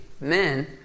men